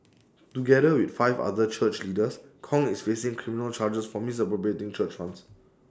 together with five other church leaders Kong is facing criminal charges for misappropriating church funds